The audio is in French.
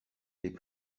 les